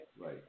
Right